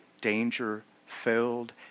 danger-filled